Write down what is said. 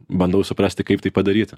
bandau suprasti kaip tai padaryti